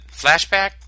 Flashback